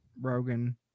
Rogan